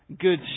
good